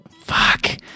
Fuck